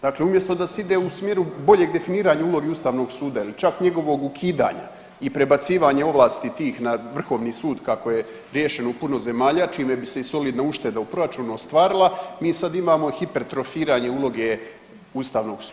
Dakle umjesto da se ide u smjeru boljeg definiranja uloge Ustavnog suda ili čak njegovog ukidanja i prebacivanje ovlasti tih na Vrhovni sud kako je riješeno u puno zemalja, čime bi se i solidna ušteda u proračunu ostvarila, mi sad imamo hipertrofiranje uloge Ustavnog suda.